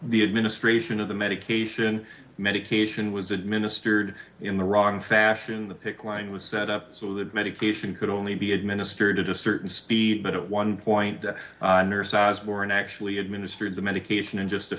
the administration of the medication medication was administered in the wrong fashion the pic line was set up so that medication could only be administered at a certain speed but at one point or an actually administered the medication in just a